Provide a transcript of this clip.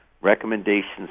recommendations